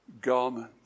garment